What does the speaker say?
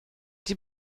die